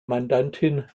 mandantin